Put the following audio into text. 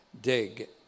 dig